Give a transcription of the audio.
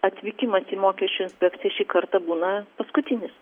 atvykimas į mokesčių inspekciją šį kartą būna paskutinis